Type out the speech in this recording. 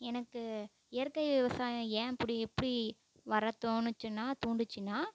எனக்கு இயற்கை விவசாயம் ஏன் இப்படி இப்படி வர தோணிச்சுன்னா தூண்டுச்சின்னால்